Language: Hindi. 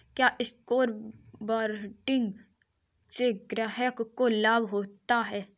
क्या स्टॉक ब्रोकिंग से ग्राहक को लाभ होता है?